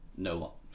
No